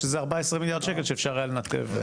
יש איזה 14 מיליארד שקל שאפשר היה לנתב.